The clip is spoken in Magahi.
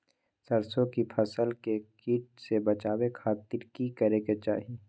सरसों की फसल के कीट से बचावे खातिर की करे के चाही?